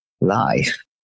life